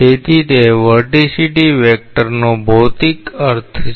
તેથી તે વર્ટીસીટી વેક્ટરનો ભૌતિક અર્થ છે